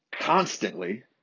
constantly